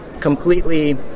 completely